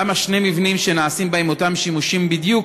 למה שני מבנים שנעשים בהם אותם שימושים בדיוק,